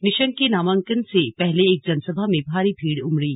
निशंक के नामांकन से पहले एक जनसभा में भारी भीड़ उमड़ी